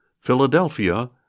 Philadelphia